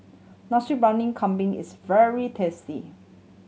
Nasi Briyani Kambing is very tasty